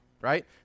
right